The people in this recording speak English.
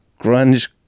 grunge